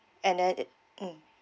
and then it mm